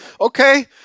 Okay